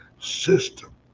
system